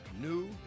new